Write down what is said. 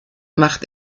macht